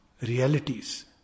realities